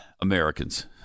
Americans